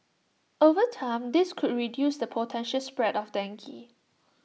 over time this could also reduce the potential spread of dengue